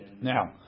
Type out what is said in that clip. Now